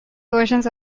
versions